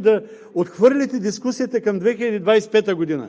да отхвърлите дискусията към 2025 г.?!